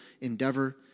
endeavor